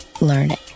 learning